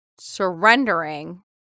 surrendering